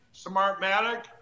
Smartmatic